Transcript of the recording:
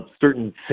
certain